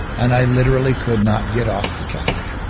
and i literally could not get off the couch.